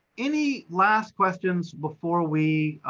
any last questions before we,